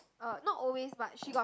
uh not always but she got